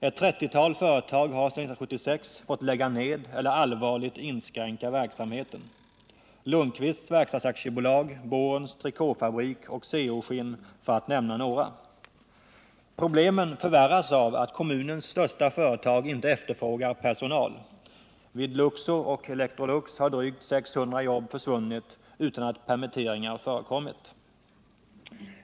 Ett trettiotal företag har sedan 1976 fått lägga ned eller allvarligt inskränka verksamheten — Lundqvists Verkstads AB, Borens Trikåfabrik och CEO-skinn, för att nämna några. Problemen förvärras av att kommunens största företag inte efterfrågar personal. Vid Luxor och Electrolux har drygt 600 jobb försvunnit utan att permitteringar förekommit.